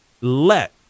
let